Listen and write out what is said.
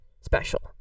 special